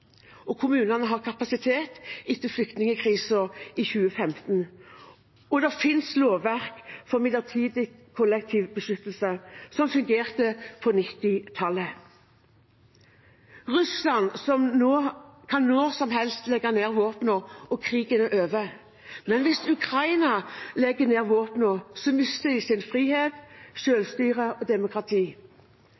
og kommunene har kapasitet etter flyktningkrisen i 2015. Det finnes også et lovverk for midlertidig kollektiv beskyttelse, som fungerte på 1990-tallet. Russland kan når som helst legge ned våpnene, og krigen vil være over. Men hvis Ukraina legger ned våpnene, mister de sin frihet,